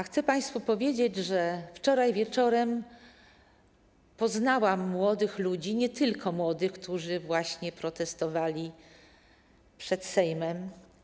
Chcę państwu powiedzieć, że wczoraj wieczorem poznałam młodych ludzi - nie tylko młodych - którzy protestowali przed Sejmem.